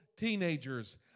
teenagers